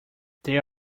there